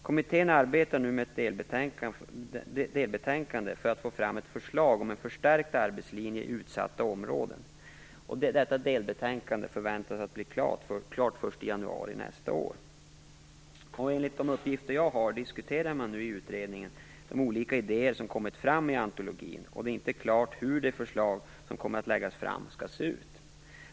Kommittén arbetar nu med ett delbetänkande för att få fram ett förslag om en förstärkt arbetslinje i utsatta områden. Delbetänkandet förväntas bli klart först i januari nästa år. Enligt uppgift diskuterar man nu i utredningen de olika idéer som har kommit fram i antologin. Det är inte klart hur det förslag som kommer att läggas fram skall se ut.